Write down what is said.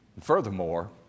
Furthermore